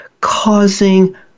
causing